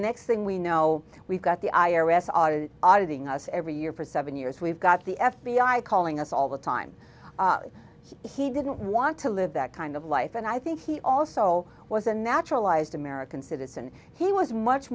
next thing we know we've got the i r s audit auditing us every year for seven years we've got the f b i calling us all the time he didn't want to live that kind of life and i think he also was a naturalized american citizen he was much